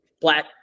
Black